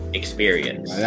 experience